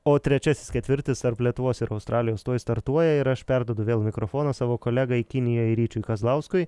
o trečiasis ketvirtis tarp lietuvos ir australijos tuoj startuoja ir aš perduodu vėl mikrofoną savo kolegai kinijoj ryčiui kazlauskui